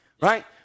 right